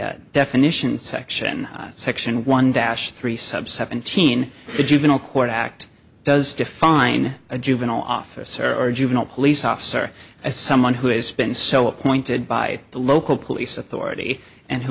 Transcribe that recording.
definition section section one dash three sub seventeen the juvenile court act does define a juvenile officer or juvenile police officer as someone who has been so appointed by the local police authority and who